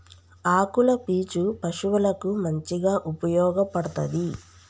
ఆకుల పీచు పశువులకు మంచిగా ఉపయోగపడ్తది